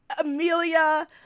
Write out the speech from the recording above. Amelia